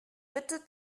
bitte